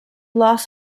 loss